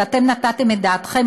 ואתם נתתם את דעתכם,